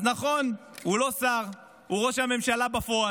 אז נכון, הוא לא שר, הוא ראש הממשלה בפועל.